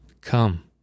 Come